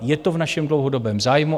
Je to v našem dlouhodobém zájmu.